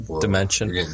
dimension